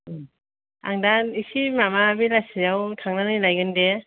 उम आं दा एसे माबा बेलासिआव थांनानै लायगोन दे